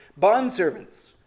Bondservants